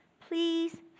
please